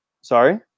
Sorry